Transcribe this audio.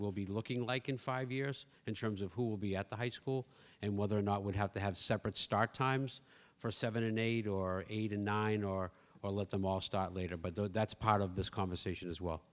will be looking like in five years in terms of who will be at the high school and whether or not would have to have separate start times for seven eight or eight or nine or or let them all start later but that's part of this conversation as well